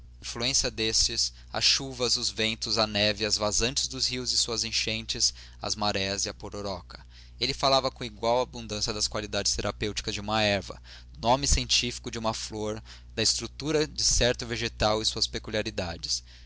influência destes as chuvas os ventos a neve as vazantes dos rios e suas enchentes as marés e a pororoca ele falava com igual abundância das qualidades terapêuticas de uma erva do nome científico de uma flor da estrutura de certo vegetal e suas peculiaridades